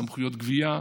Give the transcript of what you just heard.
סמכויות גבייה,